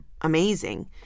amazing